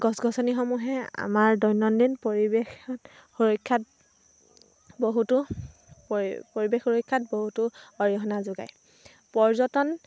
গছ গছনিসমূহে আমাৰ দৈনন্দিন পৰিৱেশ সুৰক্ষাত বহুতো পৰি পৰিৱেশ সুৰক্ষাত বহুতো অৰিহণা যোগায় পৰ্যটন